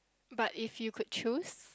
but if you could choose